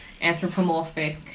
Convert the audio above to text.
anthropomorphic